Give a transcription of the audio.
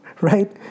right